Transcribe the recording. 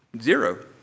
Zero